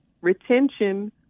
retention